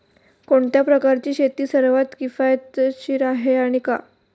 कोणत्या प्रकारची शेती सर्वात किफायतशीर आहे आणि का?